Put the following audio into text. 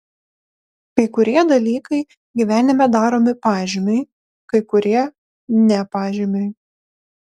kai kurie dalykai gyvenime daromi pažymiui kai kurie ne pažymiui